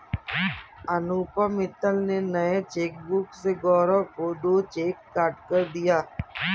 अनुपम मित्तल ने नए चेकबुक से गौरव को दो चेक काटकर दिया